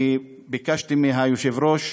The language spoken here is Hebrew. אני ביקשתי מהיושב-ראש,